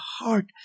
heart